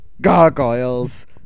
gargoyles